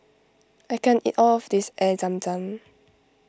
I can't eat all of this Air Zam Zam